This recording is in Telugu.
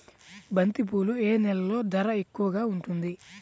బంతిపూలు ఏ నెలలో ధర ఎక్కువగా ఉంటుంది?